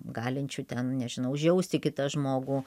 galinčių ten nežinau užjausti kitą žmogų